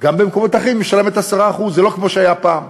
וגם במקומות אחרים היא משלמת 10%. זה לא כמו שהיה פעם.